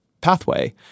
pathway